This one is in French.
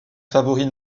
favoris